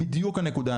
זו בדיוק הנקודה.